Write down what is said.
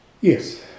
yes